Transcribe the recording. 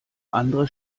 andere